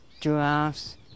giraffes